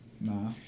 Nah